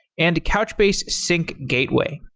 and couchbase sync gateway.